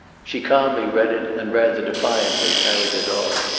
she calmly read it, and rather defiantly carried it off.